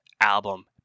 album